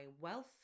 wealth